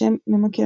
בשם "ממכר".